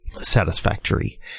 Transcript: Satisfactory